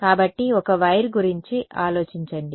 కాబట్టి ఒక వైర్ గురించి ఆలోచించండి